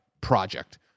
project